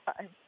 time